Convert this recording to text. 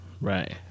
right